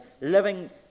living